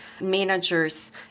managers